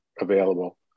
available